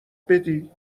بدی